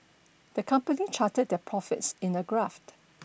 the company charted their profits in a graph